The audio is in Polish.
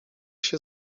się